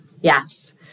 yes